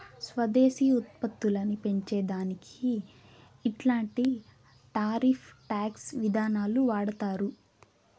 స్వదేశీ ఉత్పత్తులని పెంచే దానికి ఇట్లాంటి టారిఫ్ టాక్స్ విధానాలు వాడతారు